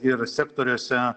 ir sektoriuose